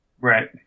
Right